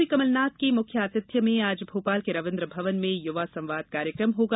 मुख्यमंत्री कमल नाथ के मुख्य आतिथ्य में आज भोपाल के रवीन्द्र भवन में युवा संवाद कार्यक्रम होगा